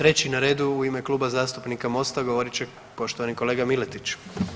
Treći na redu u ime Kluba zastupnika MOST-a govorit će poštovani kolega Miletić.